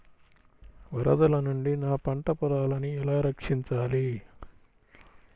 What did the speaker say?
వరదల నుండి నా పంట పొలాలని ఎలా రక్షించాలి?